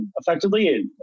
effectively